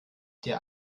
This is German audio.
der